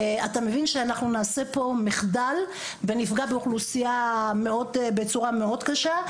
אתה מבין שאנחנו נעשה פה מחדל ונפגע באוכלוסייה בצורה מאוד קשה,